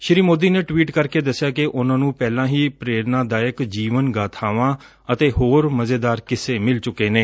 ਸ੍ਰੀ ਮੋਦੀ ਨੇ ਟਵੀਟ ਕਰਕੇ ਦਸਿਆ ਕਿ ਉਨਾਂ ਨੂੰ ਪਹਿਲਾਂ ਹੀ ਪ੍ਰੇਰਣਾਦਾਇਕ ਜੀਵਨ ਗਾਬਾਵਾਂ ਅਤੇ ਹੋਰ ਮਜ਼ੇਦਾਰ ਕਿੱਸੇ ਮਿਲ ਚੁੱਕੇ ਨੇ